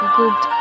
good